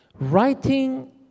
Writing